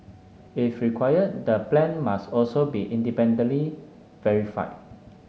if required the plan must also be independently verified